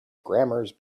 grammars